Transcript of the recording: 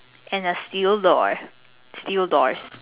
and a steel door steel doors